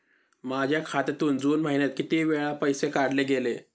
माझ्या खात्यातून जून महिन्यात किती वेळा पैसे काढले गेले?